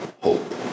hope